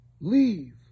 Leave